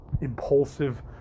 impulsive